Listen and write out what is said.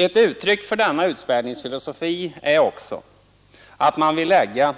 Ett annat uttryck för denna utspädningsfilosofi är att man vill lägga